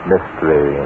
Mystery